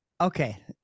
okay